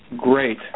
great